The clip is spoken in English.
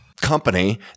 company